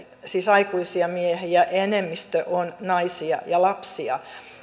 siis aikuisia miehiä enemmistö on naisia ja lapsia